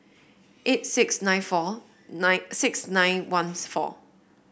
eight six nine four nine six nine one four